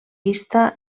vista